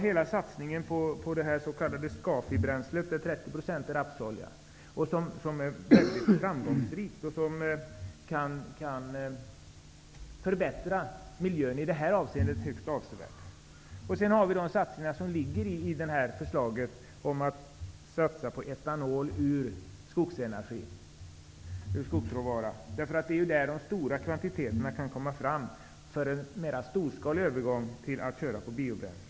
Hela satsningen på det s.k. skafibränslet som består av 30 % rapsolja är mycket framgångsrik och kan förbättra miljön högst avsevärt. I utskottsförslaget ingår också satsningar på att utvinna etanol ur skogsråvara. Det är där man kan få fram de stora kvantiteterna för en mer storskalig övergång till användning av biobränsle.